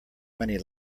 many